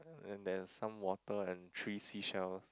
and there's some water and three seashells